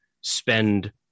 spend